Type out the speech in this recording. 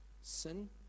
sin